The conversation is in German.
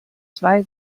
zwei